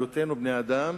היותנו בני-אדם,